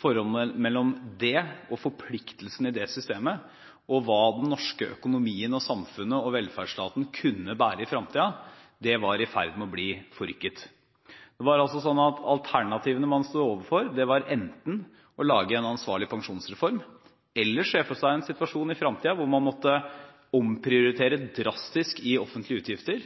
Forholdet mellom forpliktelsene i dette systemet og hva den norske økonomien og samfunnet og velferdsstaten kunne bære i fremtiden, var i ferd med å bli forrykket. Alternativene man sto overfor, var enten å lage en ansvarlig pensjonsreform, eller å se for seg en situasjon i fremtiden hvor man måtte omprioritere drastisk i offentlige utgifter,